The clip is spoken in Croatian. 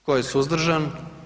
Tko je suzdržan?